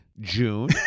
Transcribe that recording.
June